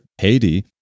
Haiti